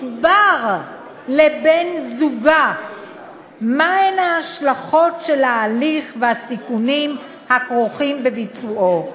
יוסבר לבן-זוגה מה הן ההשלכות של ההליך והסיכונים הכרוכים בביצועו.